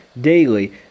daily